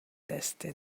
desde